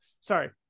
sorry